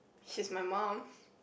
she's my mum